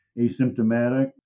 asymptomatic